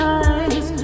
eyes